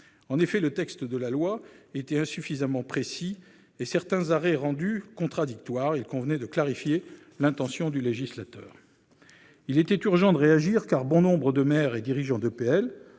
En effet, le texte de la loi étant insuffisamment précis et certains arrêts rendus contradictoires, il convenait de clarifier l'intention du législateur. Il était urgent de réagir, car bon nombre de maires et dirigeants d'EPL